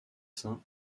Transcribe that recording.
saints